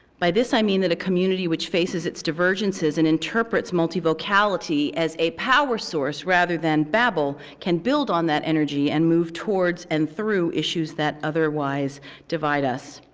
by this i mean that a community, which faces its divergences and interprets multi vocality as a power source rather than babble, can build on that energy and move towards and through issues that otherwise divide us.